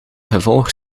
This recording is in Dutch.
gevolg